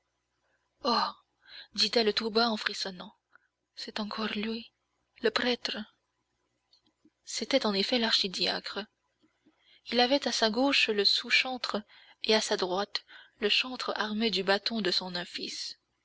dit-elle tout bas en frissonnant c'est encore lui le prêtre c'était en effet l'archidiacre il avait à sa gauche le sous chantre et à sa droite le chantre armé du bâton de son office